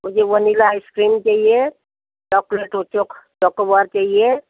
मुझे vanilla ice cream चाहिए chocolate और चोक चॉकोबार चाहिए